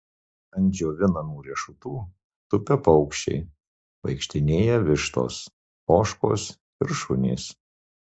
ant džiovinamų riešutų tupia paukščiai vaikštinėja vištos ožkos ir šunys